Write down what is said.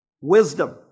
Wisdom